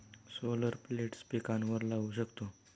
solar plates पिकांवर लाऊ शकतो